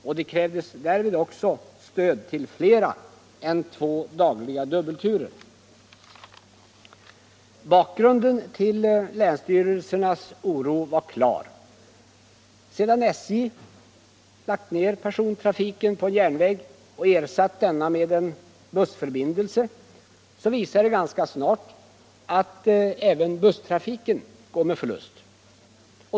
Därvid krävdes också stöd till fler än två dagliga dubbelturer. det sig ganska snart att även busstrafiken går med förlust.